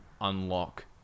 unlock